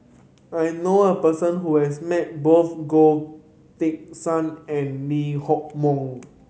I know a person who has met both Goh Teck Sian and Lee Hock Moh